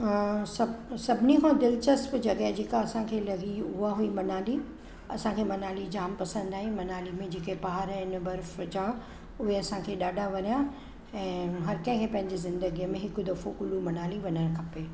सभु सभिनी खां दिलचस्पु जॻहि जेका असांखे लॻी उहा हुई मनाली असांखे मनाली जाम पसंदि आई मनाली में जेके पहाड़ु आहिनि बर्फ जा उहे असांखे ॾाढा वणिया ऐं हर कंहिंखे पंहिंजे ज़िंदगीअ में हिकु दफ़ो कुल्लू मनाली वञणु खपे